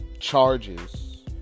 Charges